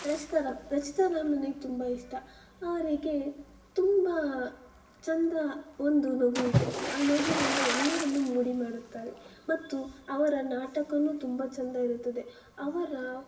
ರಚಿತಾರಾಮ್ ರಚಿತಾರಾಮ್ ನನಗೆ ತುಂಬ ಇಷ್ಟ ಅವರಿಗೆ ತುಂಬ ಚೆಂದ ಒಂದು ನಗು ಇದೆ ಆ ನಗುವಿನಿಂದ ಎಲ್ಲರನ್ನೂ ಮೋಡಿ ಮಾಡುತ್ತಾರೆ ಮತ್ತು ಅವರ ನಾಟಕವೂ ತುಂಬ ಚೆಂದ ಇರುತ್ತದೆ ಅವರ